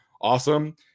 awesome